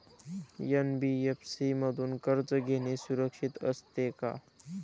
NBFC मधून कर्ज घेणे सुरक्षित असते का?